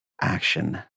action